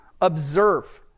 observe